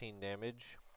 damage